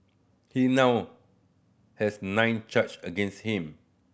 he now has nine charge against him